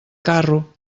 carro